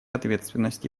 ответственности